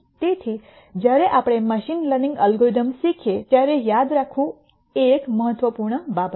તેથી જ્યારે આપણે મશીન લર્નિંગ એલ્ગોરિધમ્સ શીખીએ ત્યારે યાદ રાખવું એ એક મહત્વપૂર્ણ બાબત છે